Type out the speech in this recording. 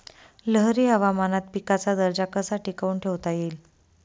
लहरी हवामानात पिकाचा दर्जा कसा टिकवून ठेवता येईल?